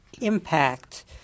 impact